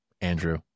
Andrew